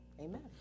Amen